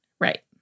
Right